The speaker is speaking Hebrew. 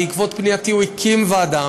בעקבות פנייתי הוא הקים ועדה,